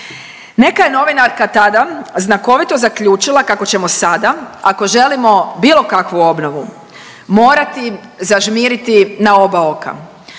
Neka je novinarka tada znakovito zaključila kako ćemo sada ako želimo bilo kakvu obnovu morati zažmiriti na oba oka.